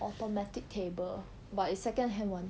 automatic table but is second hand [one]